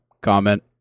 comment